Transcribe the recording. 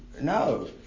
No